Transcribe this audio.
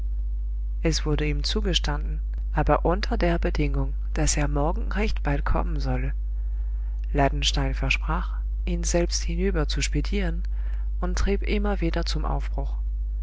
es wurde ihm zugestanden aber unter der bedingung daß er morgen recht bald kommen solle ladenstein versprach ihn selbst hinüber zu spedieren und trieb immer wieder zum aufbruch